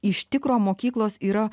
iš tikro mokyklos yra